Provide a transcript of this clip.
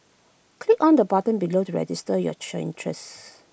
click on the button below to register your interests